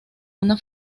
una